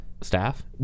staff